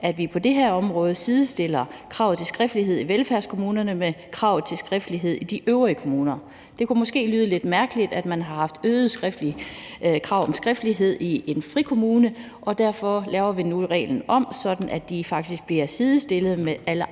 at vi på det her område sidestiller kravet til skriftlighed i velfærdskommunerne med kravet til skriftlighed i de øvrige kommuner. Det kan måske lyde lidt mærkeligt, at man har haft øgede krav om skriftlighed i en frikommune, og derfor laver vi nu reglen om, sådan at de faktisk bliver sidestillet med alle